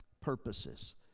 purposes